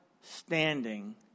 standing